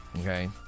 okay